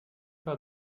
par